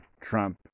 Trump